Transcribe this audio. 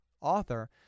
author